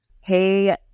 Hey